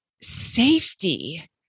safety